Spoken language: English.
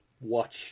watch